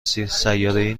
سیارهای